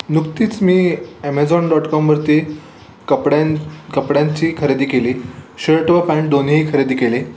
नुकतीच मी Amazon dot कॉमवरती कपड्यां कपड्यांची खरेदी केली शर्ट व पँट दोन्हीही खरेदी केले